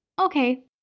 Okay